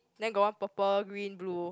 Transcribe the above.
then got one purple green blue